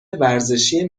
ورزشی